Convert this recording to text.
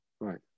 Right